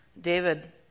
David